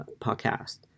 podcast